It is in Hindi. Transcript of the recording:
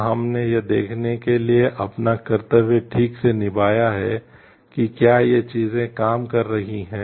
क्या हमने यह देखने के लिए अपना कर्तव्य ठीक से निभाया है कि क्या ये चीजें काम कर रही हैं